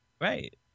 Right